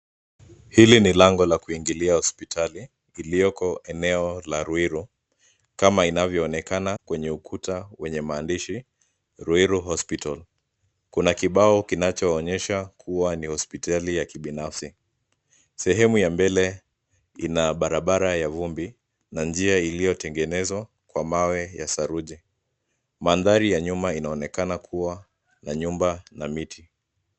Hili ni lango la kuingilia hospitali iliyoko eneo la Ruiru kama inavyoonekana kwenye ukuta wenye maandishi Ruiru Hospital . Kuna kibao kinachoonyesha kuwa ni hospitali ya kibinafsi. Sehemu ya mbele ina barabara ya vumbi na njia ilio tengenezwa kwa mawe ya saruji. Mandhari ya nyuma inaonekana kuwa ya nyumba na miti.